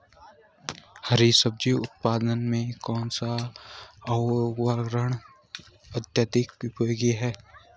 हरी सब्जी उत्पादन में कौन सा उर्वरक अत्यधिक उपयोगी है?